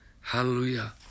Hallelujah